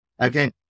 Okay